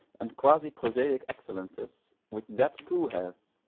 and quasi-prosaic excellences which that too has,